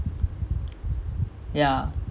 ya